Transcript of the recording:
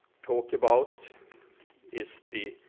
talk about is the,